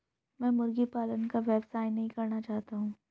मैं मुर्गी पालन का व्यवसाय नहीं करना चाहता हूँ